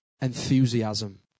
enthusiasm